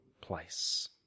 place